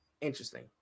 interesting